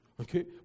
Okay